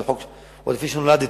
זה חוק שחוקק עוד לפני שנולדתי